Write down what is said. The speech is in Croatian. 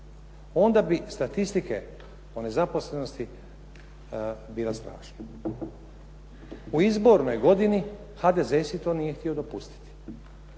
onda bi statistike o nezaposlenosti bile strašne. U izbornoj godini HDZ si to nije htio dopustiti.